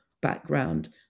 background